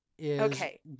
Okay